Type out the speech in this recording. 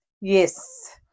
Yes